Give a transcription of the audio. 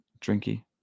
drinky